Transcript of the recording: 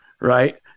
right